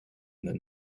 then